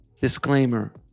Disclaimer